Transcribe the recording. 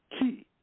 Key